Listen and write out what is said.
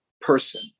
person